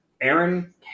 Aaron